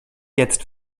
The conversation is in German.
jetzt